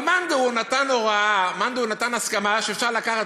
אבל מאן דהוא נתן הסכמה שאפשר לקחת